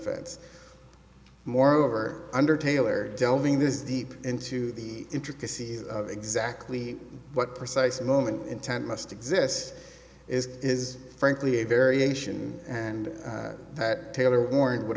fense moreover under taylor delving this deep into the intricacies of exactly what precise moment in time must exist is is frankly a variation and that taylor warned would